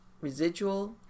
residual